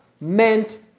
meant